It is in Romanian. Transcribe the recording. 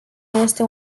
este